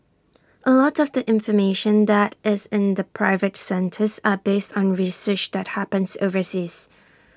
A lot of the information that is in the private centres are based on research that happens overseas